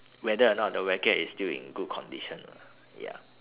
whether or not the racket is still in good condition ah ya